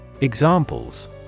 Examples